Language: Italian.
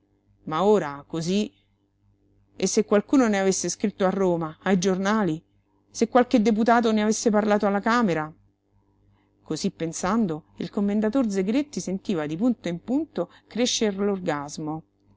ma ora cosí e se qualcuno ne avesse scritto a roma ai giornali se qualche deputato ne avesse parlato alla camera cosí pensando il commendator zegretti sentiva di punto in punto crescer l'orgasmo